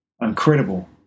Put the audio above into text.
Incredible